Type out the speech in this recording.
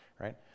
right